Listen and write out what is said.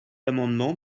l’amendement